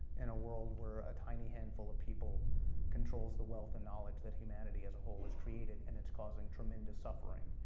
in a world where a tiny handful of people controls the wealth and knowledge that humanity, as a whole, has created, and it's causing tremendous suffering.